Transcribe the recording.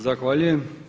Zahvaljujem.